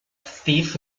thief